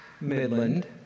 Midland